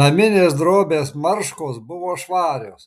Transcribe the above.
naminės drobės marškos buvo švarios